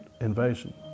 invasion